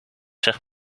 zegt